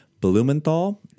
Blumenthal